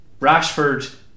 Rashford